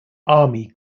army